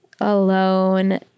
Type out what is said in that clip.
alone